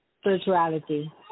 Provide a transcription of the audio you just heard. Spirituality